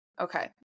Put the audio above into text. okay